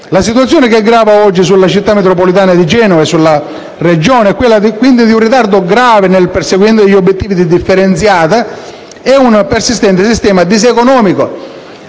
La situazione che grava oggi sulla città metropolitana di Genova e sulla Regione è quella di un ritardo grave nel perseguimento degli obiettivi di differenziata e di un persistente sistema diseconomico